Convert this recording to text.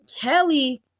Kelly